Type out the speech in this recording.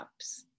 apps